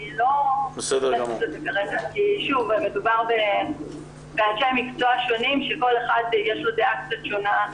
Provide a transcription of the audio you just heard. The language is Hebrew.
צריך להבין שמדובר באנשי מקצוע שונים שלכל אחד יש דעה שונה.